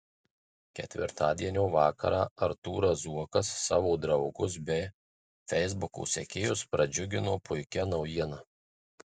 ketvirtadienio vakarą artūras zuokas savo draugus bei feisbuko sekėjus pradžiugino puikia naujiena